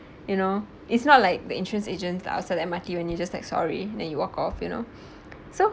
you know it's not like the insurance agent the outside the M_R_T when you just say sorry then you walk off you know so